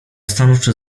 stanowczo